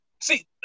see